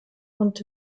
und